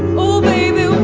oh baby,